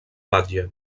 batlle